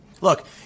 Look